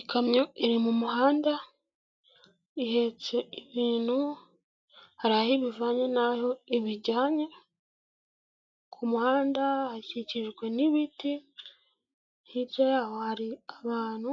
Ikamyo iri mu muhanda, ihetse ibintu, hari aho ibivanye n'aho ibijyanye, ku muhanda hakikijwe n'ibiti, hirya yaho hari abantu